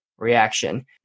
reaction